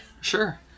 sure